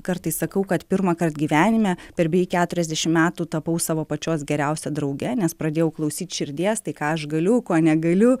kartais sakau kad pirmąkart gyvenime per beveik keturiasdešim metų tapau savo pačios geriausia drauge nes pradėjau klausyt širdies tai ką aš galiu ko negaliu